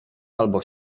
albo